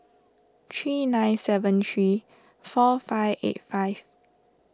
three nine seven three four five eight five